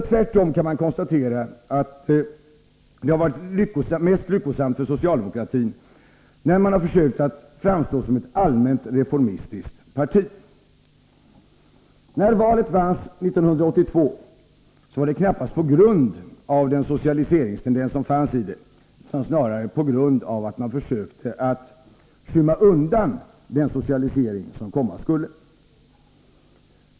Tvärtom kan man konstatera att det har varit mest lyckosamt för socialdemokratin när man har försökt framstå som När valet vanns 1982, så var det knappast på grund av den Tisdagen den socialiseringstendens som fanns i det, utan snarare på grund av att man 20 december 1983 försökte skymma undan den socialisering som komma skulle.